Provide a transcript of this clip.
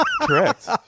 Correct